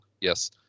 yes